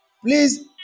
Please